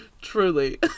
Truly